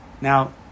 Now